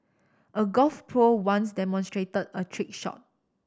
a golf pro once demonstrate a trick shot